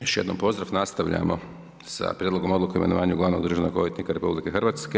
jednom pozdrav, nastavljamo sa Prijedlogom odluke o imenovanje glavnog državnog odvjetnika RH.